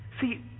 See